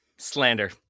Slander